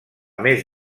més